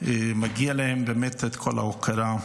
מגיעה להם כל ההוקרה.